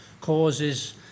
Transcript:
causes